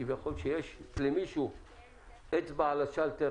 כביכול יש למישהו אצבע על השלטר,